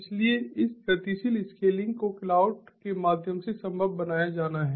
इसलिए इस गतिशील स्केलिंग को क्लाउड के माध्यम से संभव बनाया जाना है